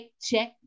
check